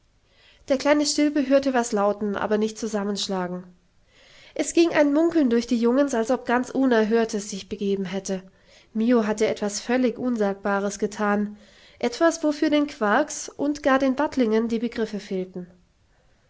der kleine stilpe hörte was läuten aber nicht zusammenschlagen es ging ein munkeln durch die jungens als ob ganz unerhörtes sich begeben hätte mio hatte etwas völlig unsagbares gethan etwas wofür den quarks und gar den battlingen die begriffe fehlten